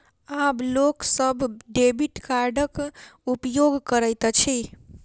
आब लोक सभ डेबिट कार्डक उपयोग करैत अछि